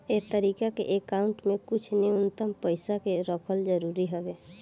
ए तरीका के अकाउंट में कुछ न्यूनतम पइसा के रखल जरूरी हवे